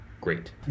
great